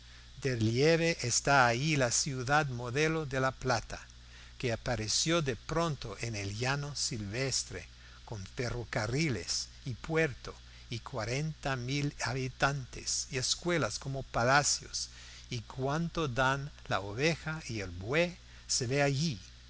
de relieve está allí la ciudad modelo de la plata que apareció de pronto en el llano silvestre con ferrocarriles y puerto y cuarenta mil habitantes y escuelas como palacios y cuanto dan la oveja y el buey se ve allí